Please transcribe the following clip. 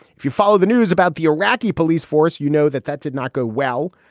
if you follow the news about the iraqi police force, you know that that did not go well,